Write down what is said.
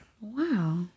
Wow